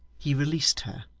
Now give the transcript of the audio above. he released her,